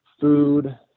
food